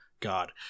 God